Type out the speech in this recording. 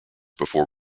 before